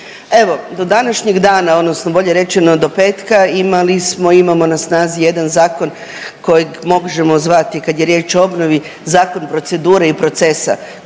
Evo, do današnjeg dana, odnosno bolje rečeno, do petka, imali smo i imamo na snazi jedna zakon kojeg možemo zvati, kad je riječ o obnovi, zakon procedure i procesa